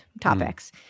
topics